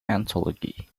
anthology